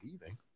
leaving